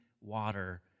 water